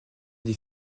des